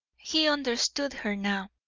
he understood her now.